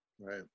right